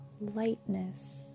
lightness